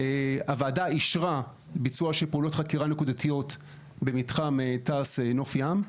הוועדה אישרה ביצוע של פעולות חקירה נקודתיות במתחם תעש נוף ים.